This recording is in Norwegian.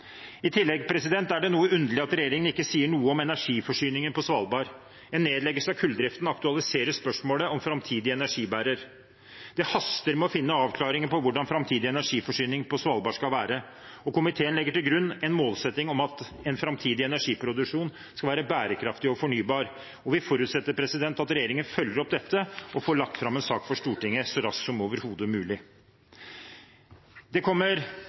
I tillegg er det noe underlig at regjeringen ikke sier noe om energiforsyningen på Svalbard. En nedleggelse av kulldriften aktualiserer spørsmålet om framtidig energibærer. Det haster med å finne avklaringer på hvordan framtidig energiforsyning på Svalbard skal være, og komiteen legger til grunn en målsetting om at en framtidig energiproduksjon skal være bærekraftig og fornybar. Vi forutsetter at regjeringen følger opp dette og får lagt fram en sak for Stortinget så raskt som overhodet mulig. Det kommer